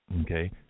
Okay